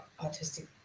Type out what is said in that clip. autistic